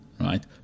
Right